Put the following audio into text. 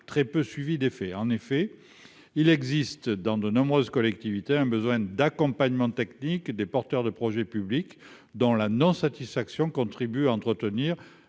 très peu suivi d'effet, en effet, il existe dans de nombreuses collectivités un besoin d'accompagnement technique des porteurs de projets publics dans la non satisfaction contribue à entretenir